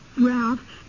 Ralph